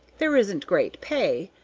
there isn't great pay,